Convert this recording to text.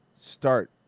Start